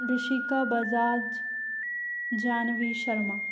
Rishika Bajaj Jhanvi Sharma